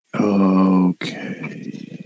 Okay